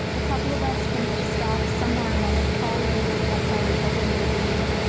a couple of us came to a stop somewhere in one of the hallways outsider designated wing,